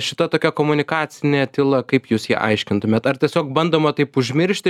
šita tokia komunikacinė tyla kaip jūs ją aiškintumėt ar tiesiog bandoma taip užmiršti